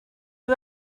you